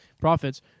profits